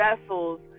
vessels